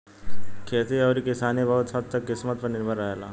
खेती अउरी किसानी बहुत हद्द तक किस्मत पर निर्भर रहेला